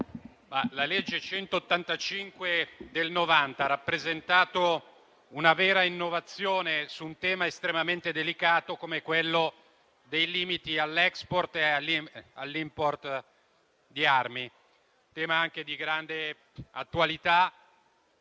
la legge n. 185 del 1990 ha rappresentato una vera innovazione su un tema estremamente delicato come quello dei limiti all'*export* e all'*import* di armi, tema di grande attualità